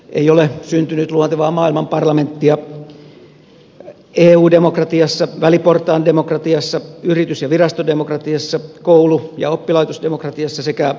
ei ole syntynyt luontevaa maailman parlamenttia eu demokratiassa väliportaan demokratiassa yritys ja virastodemokratiassa koulu ja oppilaitosdemokratiassa sekä talouden epäkansanvaltaisuudessa